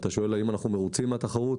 אתה שואל אם אנחנו מרוצים מהתחרות?